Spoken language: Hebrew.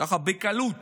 ככה בקלות